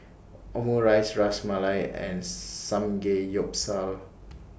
Omurice Ras Malai and Samgeyopsal